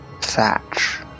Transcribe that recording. Thatch